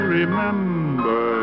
remember